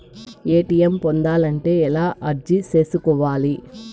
ATM పొందాలంటే ఎలా అర్జీ సేసుకోవాలి?